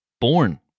Born